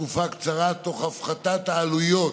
בתקופה קצרה תוך הפחתת העלויות,